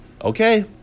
Okay